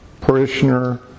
parishioner